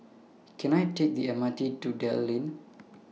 Can I Take The M R T to Dell Lane